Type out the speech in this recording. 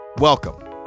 welcome